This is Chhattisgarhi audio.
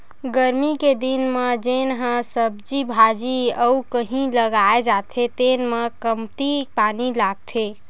गरमी के दिन म जेन ह सब्जी भाजी अउ कहि लगाए जाथे तेन म कमती पानी लागथे